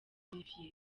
olivier